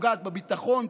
פוגעת בביטחון,